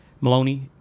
Maloney